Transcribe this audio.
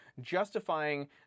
justifying